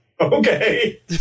okay